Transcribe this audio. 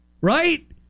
Right